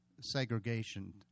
segregation